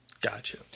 Gotcha